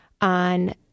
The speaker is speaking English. on